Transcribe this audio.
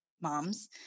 moms